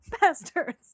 bastards